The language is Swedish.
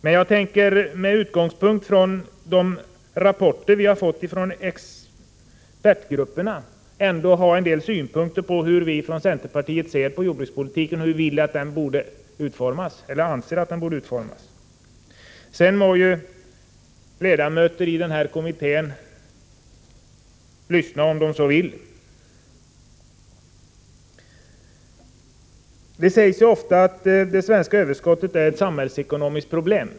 Men jag tänker med utgångspunkt från rapporter vi har fått från expertgrupperna framlägga en del synpunkter på hur vi från centerpartiet ser jordbrukspolitiken och anser att den borde utformas. Sedan får ledamöter i denna kommitté lyssna om de så vill. Det sägs att det svenska överskottet är ett samhällsekonomiskt problem.